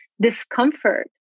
discomfort